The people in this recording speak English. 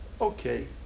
okay